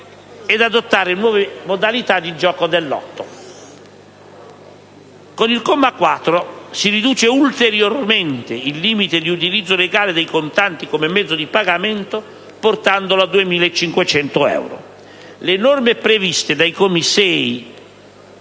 ed adottare nuove modalità di gioco del Lotto. Con il comma 4, si riduce ulteriormente il limite di utilizzo legale dei contanti come mezzo di pagamento, portandolo a 2.500 euro. Le norme previste ai commi